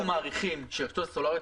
אנחנו מעריכים שהרשתות הסלולריות